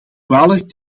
kwalijk